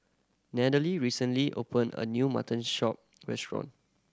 Natalee recently opened a new mutton shop restaurant